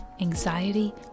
anxiety